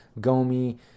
Gomi